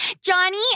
Johnny